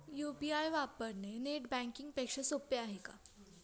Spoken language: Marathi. यु.पी.आय वापरणे नेट बँकिंग पेक्षा सोपे आहे का?